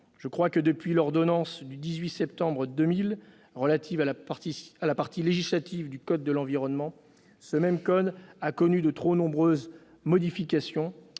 Je crois que, depuis l'ordonnance du 18 septembre 2000 relative à la partie législative du code de l'environnement, ce code a connu de trop nombreuses modifications